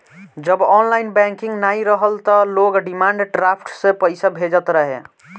जब online banking नाइ रहल तअ लोग डिमांड ड्राफ्ट से पईसा भेजत रहे